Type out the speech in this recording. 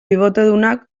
bibotedunak